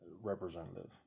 representative